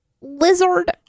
lizard